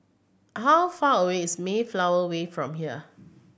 how far away is Mayflower Way from here